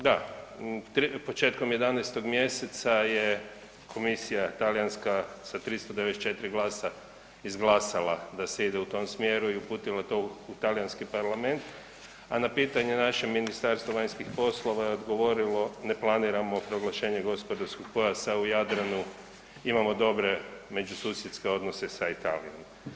Da, početkom 11. mjeseca je komisija talijanska sa 394 glasa izglasala da se ide u tom smjeru i uputila to u talijanski parlament, a na pitanje naše Ministarstvo vanjskih poslova je odgovorilo ne planiramo proglašenje gospodarskog pojasa u Jadranu, imamo dobre međususjedske odnose sa Italijom.